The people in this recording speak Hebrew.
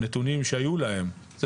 נתונים שהיו להם ימצאו את עצמן בשוקת שבורה.